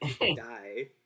die